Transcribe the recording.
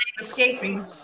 escaping